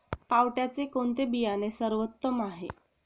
पावट्याचे कोणते बियाणे सर्वोत्तम आहे?